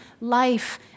life